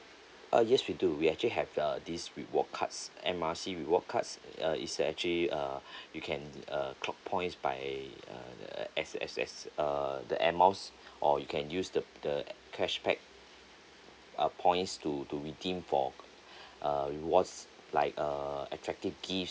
uh yes we do we actually have err this reward cards M R C reward cards uh is a actually uh you can uh clock points by uh as as as err the air miles or you can use the the cashback uh points to to redeem for uh rewards like a attractive gifts